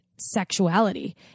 sexuality